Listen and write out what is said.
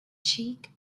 cheek